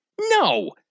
No